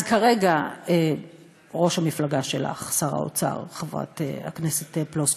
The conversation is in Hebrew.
אז כרגע ראש המפלגה שלך, חברת הכנסת פלוסקוב,